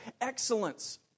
Excellence